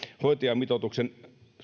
hoitajamitoituksen